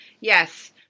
Yes